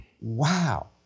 Wow